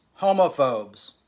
homophobes